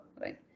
right